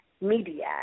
media